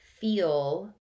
feel